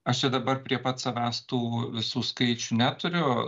aš čia dabar prie pat savęs tų visų skaičių neturiu